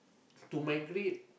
to migrate